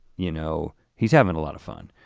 you know, he's having a lot of fun.